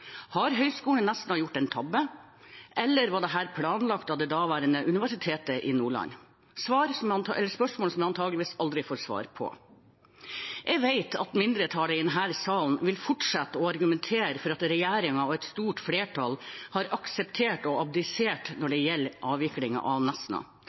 Har Høgskolen i Nesna gjort en tabbe? Eller var dette planlagt av det daværende Universitetet i Nordland? Det er spørsmål jeg antageligvis aldri får svar på. Jeg vet at mindretallet i denne salen vil fortsette å argumentere for at regjeringen og et stort flertall har akseptert og abdisert når det gjelder avviklingen av Nesna,